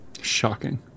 shocking